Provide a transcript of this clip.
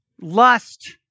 Lust